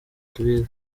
tubizi